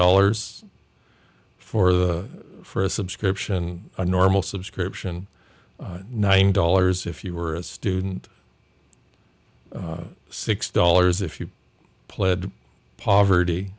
dollars for the for a subscription normal subscription nine dollars if you were a student six dollars if you pled poverty